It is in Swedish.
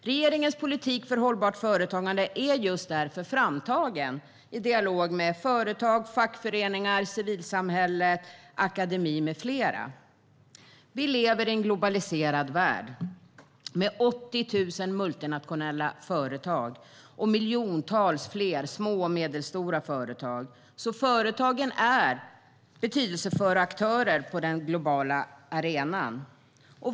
Regeringens politik för hållbart företagande är just därför framtagen i dialog med företag, fackföreningar, civilsamhället, akademin med flera. Vi lever i en globaliserad värld med 80 000 multinationella företag och miljontals fler små och medelstora företag. Företagen är betydelsefulla aktörer på den globala arenan.